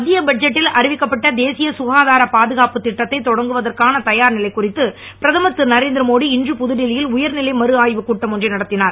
மத்திய பட்ஜெட்டில் அறிவிக்கப்பட்ட தேசிய சுகாதார பாதுகாப்பு இட்டத்தை தொடக்குவதற்கான தயார் நிலை குறித்து பிரதமர் திருநரேந்திரமோடி இன்று புதுடெல்லியில் உயர்நிலை மறுஆய்வுக் கூட்டம் ஒன்றை நடத்தினார்